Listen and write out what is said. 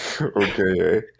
Okay